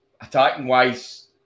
Attacking-wise